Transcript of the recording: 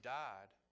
died